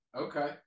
Okay